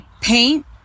Paint